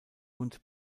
und